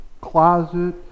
closet